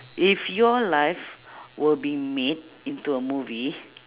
if your life will be made into a movie